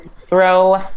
throw